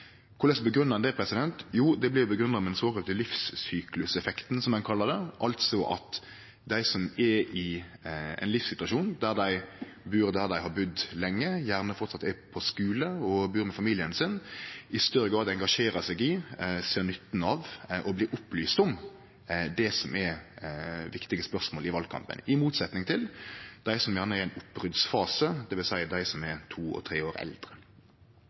Korleis grunngjev ein det? Jo, det blir grunngjeve med den såkalla livssykluseffekten, som ein kallar det, altså at dei som er i ein livssituasjon der dei bur der dei har budd lenge, gjerne framleis er på skule og bur med familien sin, i større grad engasjerer seg i og ser nytten av å bli opplyste om viktige spørsmål i valkampen, i motsetning til dei som gjerne er i ein oppbrotsfase, dvs. dei som er to og tre år eldre.